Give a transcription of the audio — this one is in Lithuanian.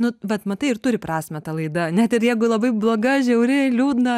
nu vat matai ir turi prasmę ta laida net ir jeigu labai bloga žiauri liūdna